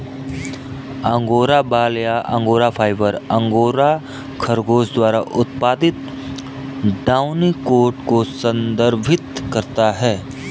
angora बाल या angora fibre, angora खरगोश द्वारा उत्पादित डाउनी कोट को संदर्भित करता है